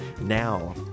now